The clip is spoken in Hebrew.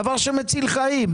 דבר שמציל חיים.